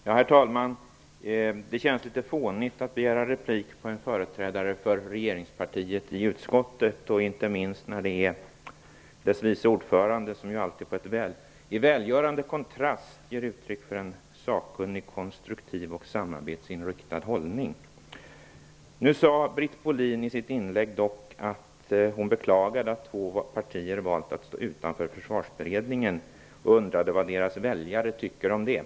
Herr talman! Det känns litet fånigt att begära replik på en företrädare för regeringspartiet i utskottet, inte minst när det är dess vice ordförande som alltid i välgörande kontrast ger uttryck för en sakkunnig, konstruktiv och samarbetsinriktad hållning. Britt Bohlin sade dock i sitt inlägg att hon beklagade att två partier valt att stå utanför Försvarsberedningen och undrade vad deras väljare tyckte om det.